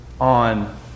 on